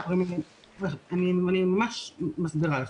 אני ממש מסבירה.